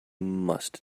must